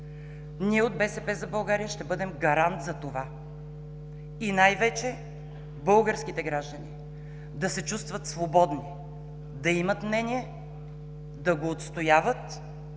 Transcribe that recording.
Ние от „БСП за България“ ще бъдем гарант за това и най-вече българските граждани да се чувстват свободни, да имат мнение, да го отстояват